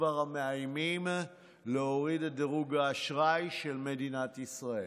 יש כבר המאיימים להוריד את דירוג האשראי של מדינת ישראל.